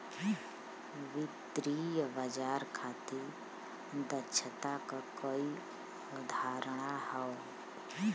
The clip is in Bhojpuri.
वित्तीय बाजार खातिर दक्षता क कई अवधारणा हौ